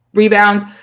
rebounds